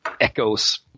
echoes